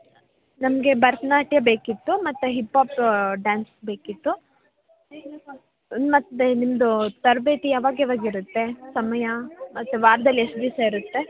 ನಮಗೆ ಭರತನಾಟ್ಯ ಬೇಕಿತ್ತು ಮತ್ತು ಹಿಪೊಪ್ ಡ್ಯಾನ್ಸ್ ಬೇಕಿತ್ತು ಮತ್ತು ನಿಮ್ಮದು ತರಬೇತಿ ಯಾವಾಗ್ಯಾವಾಗ ಇರತ್ತೆ ಸಮಯ ಮತ್ತು ವಾರದಲ್ಲಿ ಎಷ್ಟು ದಿವಸ ಇರತ್ತೆ